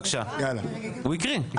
בבקשה, הוא הקריא.